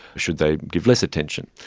should they give less attention?